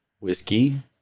whiskey